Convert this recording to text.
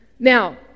Now